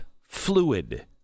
fluid